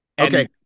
Okay